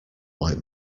like